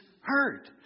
hurt